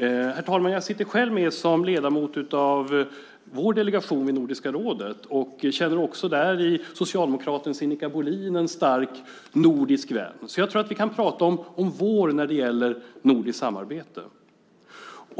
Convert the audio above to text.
Herr talman! Jag sitter själv med som ledamot i vår delegation i Nordiska rådet och känner där i socialdemokraten Sinikka Bohlin en stark vän av det nordiska samarbetet. Jag tror att vi kan prata om vår när det gäller nordiskt samarbete.